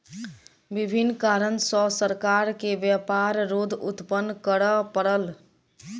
विभिन्न कारण सॅ सरकार के व्यापार रोध उत्पन्न करअ पड़ल